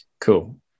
cool